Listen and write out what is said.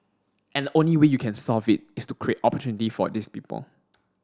and the only way you can solve it is to create opportunity for these people